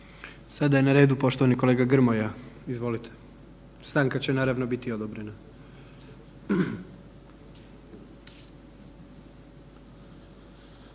Sada je na redu poštovani kolega Grmoja. Izvolite. Stanka će naravno biti odobrena.